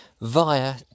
via